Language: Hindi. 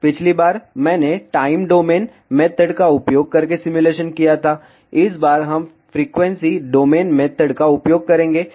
पिछली बार मैंने टाइम डोमेन मेथड का उपयोग करके सिमुलेशन किया था इस बार हम फ्रीक्वेंसी डोमेन मेथड का उपयोग करेंगे